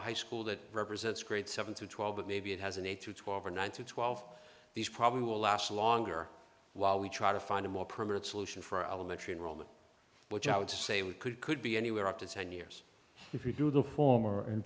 a high school that represents grade seven to twelve but maybe it has an eight to twelve or nine to twelve these probably will last longer while we try to find a more permanent solution for elementary and roman which i would say we could could be anywhere up to ten years if you do the former in